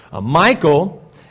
Michael